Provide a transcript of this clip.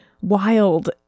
wild